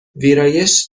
ویرایش